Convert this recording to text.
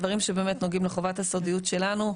אלו דברים שנוגעים לחובת הסודיות שלנו,